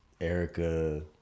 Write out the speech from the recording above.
Erica